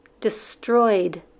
destroyed